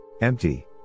Empty